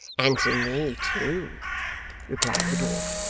and to me too replied the dwarf.